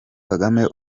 kagame